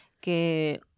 que